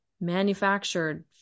manufactured